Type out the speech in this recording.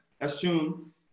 assume